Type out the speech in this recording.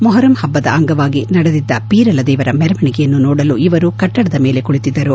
ಮೊಹರಂ ಹಬ್ಬದ ಅಂಗವಾಗಿ ನಡೆದಿದ್ದ ಪೀರಲ ದೇವರ ಮೆರವಣಿಗೆಯನ್ನು ನೋಡಲು ಇವರು ಕಟ್ಟಡದ ಮೇಲೆ ಕುಳಿತಿದ್ದರು